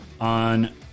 on